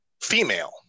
female